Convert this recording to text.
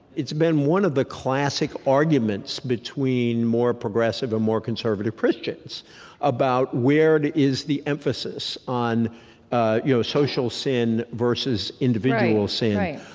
it's been one of the classic arguments between more progressive and more conservative christians about where is the emphasis on ah you know social sin versus individual sin?